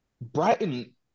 Brighton